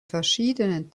verschiedenen